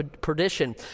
perdition